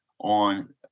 on